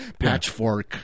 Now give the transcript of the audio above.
Patchfork